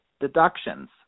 deductions